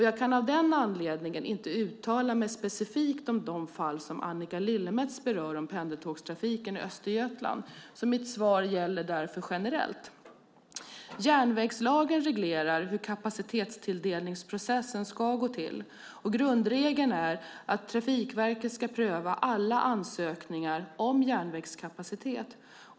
Jag kan av den anledningen inte uttala mig specifikt om det fall som Annika Lillemets berör om pendeltågstrafiken i Östergötland. Mitt svar gäller därför generellt. Järnvägslagen reglerar hur kapacitetstilldelningsprocessen ska gå till. Grundregeln är att Trafikverket ska pröva alla ansökningar om järnvägskapacitet.